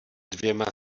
dvěma